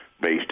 based